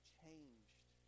changed